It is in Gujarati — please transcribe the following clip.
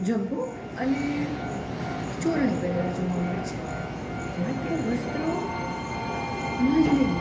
ઝભ્ભો અને ચોરણીયું પહેરેલા જોવા મળે છે માત્ર વસ્ત્રોમાં જ નહીં